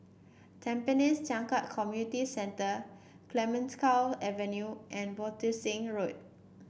Tampines Changkat Community Centre Clemenceau Avenue and Abbotsingh Road